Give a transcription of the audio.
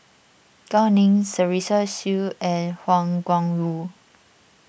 Gao Ning Teresa Hsu and Wang Gungwu